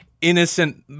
innocent